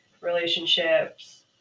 relationships